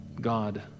God